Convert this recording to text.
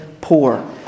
poor